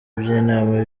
by’inama